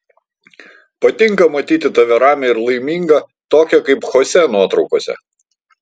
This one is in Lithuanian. patinka matyti tave ramią ir laimingą tokią kaip chosė nuotraukose